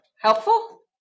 helpful